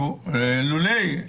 לולא,